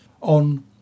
on